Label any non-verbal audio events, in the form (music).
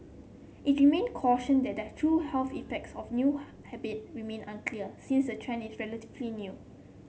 it remain cautioned that the true health effects of new (unintelligible) habit remain unclear since the trend is relatively new